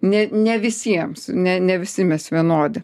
ne ne visiems ne ne visi mes vienodi